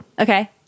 Okay